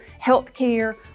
healthcare